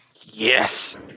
Yes